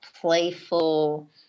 playful